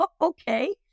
Okay